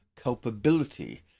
culpability